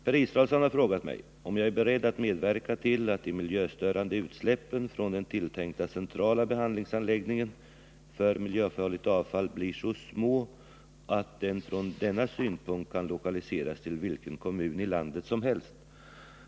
Per Israelsson har frågat mig om jag är beredd att medverka till att de miljöstörande utsläppen från den tilltänkta centrala behandlingsanläggningen för miljöfarligt avfall blir så små att behandlingsanläggningen från denna synpunkt kan lokaliseras till vilken kommun i landet som helst.